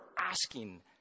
asking